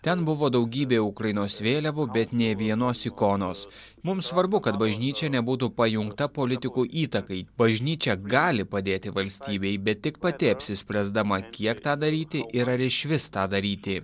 ten buvo daugybė ukrainos vėliavų bet nė vienos ikonos mums svarbu kad bažnyčia nebūtų pajungta politikų įtakai bažnyčia gali padėti valstybei bet tik pati apsispręsdama kiek tą daryti ir ar išvis tą daryti